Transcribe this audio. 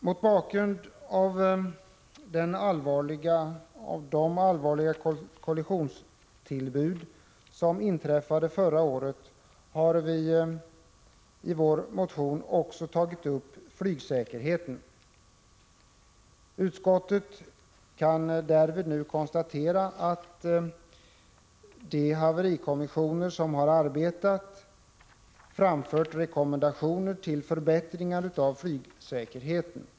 Mot bakgrund av de allvarliga kollisionstillbud som inträffade förra året har vi i vår motion också tagit upp flygsäkerheten. Utskottet kan nu konstatera att de haverikommissioner som arbetat framfört rekommendationer om förbättringar av flygsäkerheten.